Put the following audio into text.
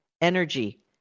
energy